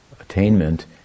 attainment